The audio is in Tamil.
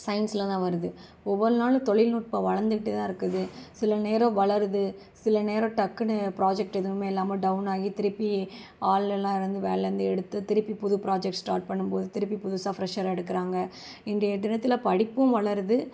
சயின்ஸ்லதான் வருது ஒவ்வொரு நாளும் தொழில்நுட்பம் வளர்ந்துக்கிட்டேதான் இருக்குது சிலநேரம் வளருது சிலநேரம் டக்குன்னு ப்ராஜெக்ட் எதுவுமே இல்லாம டவுனாகி திருப்பி ஆளெல்லாம் இருந்து வேலையிலேர்ந்து எடுத்து திருப்பி புது ப்ராஜெக்ட்ஸ் ஸ்டார்ட் பண்ணும்போது திருப்பி புதுசாக ஃப்ரெஷ்ஷராக எடுக்கிறாங்க இன்றைய தினத்தில் படிப்பும் வளருது